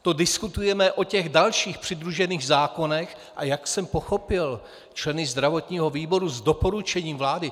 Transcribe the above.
To diskutujeme o těch dalších přidružených zákonech, a jak jsem pochopil členy zdravotního výboru, s doporučením vlády.